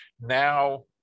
now